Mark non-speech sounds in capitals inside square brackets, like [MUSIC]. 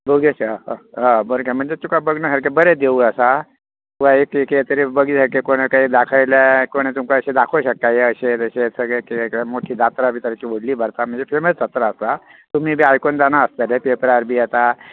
बोडगेश्वर हय म्हणजे तुका बगण्या सारका बरें देवूळ आसा बगी सारक्या कोणाकय दाखयल्यार अशें दाखोव शक्ता अशें तशें [UNINTELLIGIBLE] मोठी जात्रा भरता फेमस जात्रा आसा आयकोन जाणा आसातले पेपरार बी येता